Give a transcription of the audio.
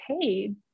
paid